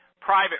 private